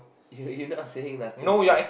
you you not saying nothing bro